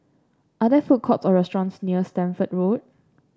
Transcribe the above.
are there food courts or restaurants near Stamford Road